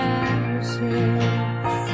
ashes